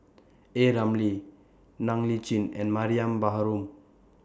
A Ramli Ng Li Chin and Mariam Baharom